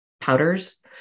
powders